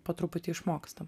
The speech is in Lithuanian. po truputį išmokstam